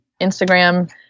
Instagram